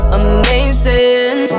amazing